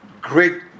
great